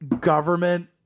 government